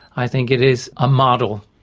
i think it is a model,